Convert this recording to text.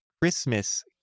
christmas